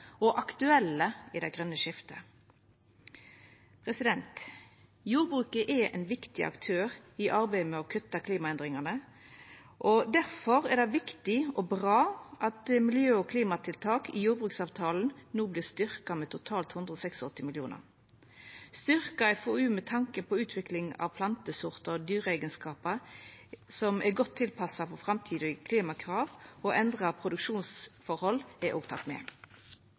og aktuelle i det grøne skiftet. Jordbruket er ein viktig aktør i arbeidet med å kutta klimaendringane, og difor er det viktig og bra at miljø- og klimatiltak i jordbruksavtalen no vert styrkte med totalt 186 mill. kr. Styrkt FoU med tanke på utvikling av plantesortar og dyreeigenskapar som er godt tilpassa framtidige klimakrav og endra produksjonsforhold, er òg teken med.